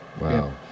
Wow